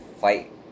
fight